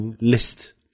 list